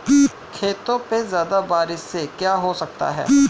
खेतों पे ज्यादा बारिश से क्या हो सकता है?